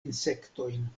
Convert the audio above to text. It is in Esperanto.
insektojn